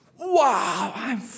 Wow